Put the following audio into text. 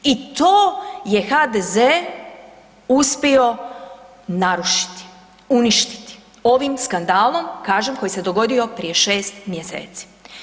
I to je HDZ uspio narušiti, uništiti ovim skandalom, kažem koji se dogodio prije 6 mjeseci.